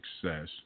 success